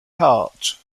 hart